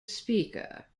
speaker